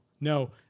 no